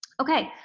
okay.